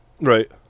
Right